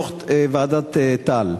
דוח ועדת-טל,